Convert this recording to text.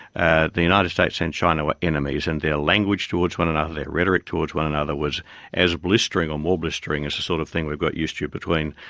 ah the united states and china were enemies. and their language toward one another, their rhetoric towards one another, was as blistering or more blistering as the sort of thing we've got used to between